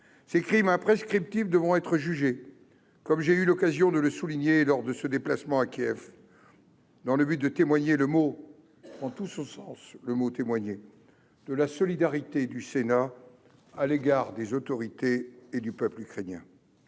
Ces crimes imprescriptibles devront être jugés, comme j'ai eu l'occasion de le souligner lors de mon déplacement à Kiev, afin de témoigner- le mot prend tout son sens -de la solidarité du Sénat à l'égard des autorités et du peuple ukrainiens.